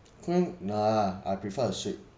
queen nah I prefer a suite